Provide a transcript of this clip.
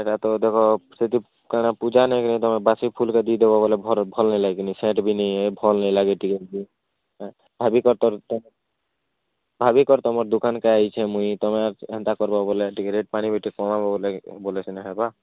ସେଇଟା ତ ଦେଖ ସେଠି କାଣା ପୂଜାନେ ତୁମେ ବାସି ଫୁଲ୍କେ ଦେଇଦେବ ବୋଲେ ଭଲ୍ ନାଇଁ ଲାଗ୍ନି ସେଣ୍ଟ୍ ବି ନାଇଁ ହେ ଭଲ୍ ନାଇଁ ଲାଗେ ଟିକେ ଭାବିକରି ତୁମର୍ ଦୁକାନ୍କେ ଆଇଛେ ମୁଇଁ ତୁମେ ଏନ୍ତା କର୍ବୋ ବୋଲେ ଟିକେ ରେଟ୍ ପାନି ଟିକେ କମା ବା ବୋଲେ ସିନା ହେବା